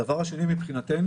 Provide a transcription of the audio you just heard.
הדבר השני מבחינתנו,